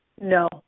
No